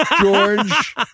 George